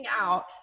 out